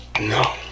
no